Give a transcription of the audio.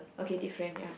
okay different ya